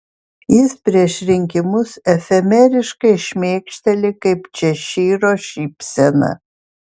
jis prieš rinkimus efemeriškai šmėkšteli kaip češyro šypsena